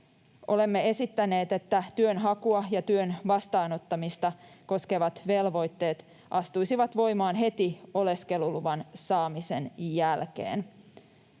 Olemme esittäneet, että työnhakua ja työn vastaanottamista koskevat velvoitteet astuisivat voimaan heti oleskeluluvan saamisen jälkeen.